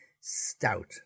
stout